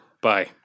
Bye